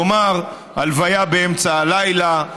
כלומר: הלוויה באמצע הלילה,